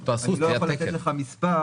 אני לא יכול לתת לך מספר,